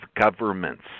governments